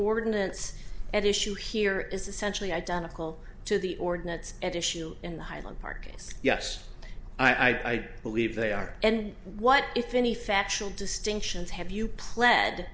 ordinance at issue here is essentially identical to the ordinates at issue in the highland park yes i believe they are and what if any factual distinctions have you pled